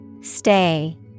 Stay